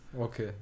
Okay